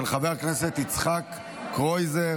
של חבר הכנסת יצחק קרויזר.